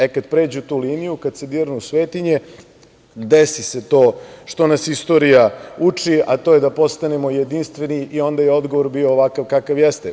E, kad pređu tu liniju, kad se dirnu svetinje, desi se to što nas istorija uči, a to je da postanemo jedinstveni i onda je odgovor bio ovakav kakav jeste.